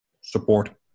support